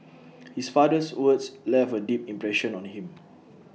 his father's words left A deep impression on him